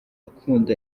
akunda